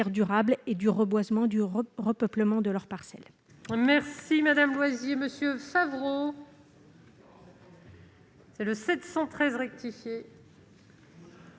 que du reboisement et du repeuplement de leur parcelle.